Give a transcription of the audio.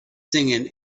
singing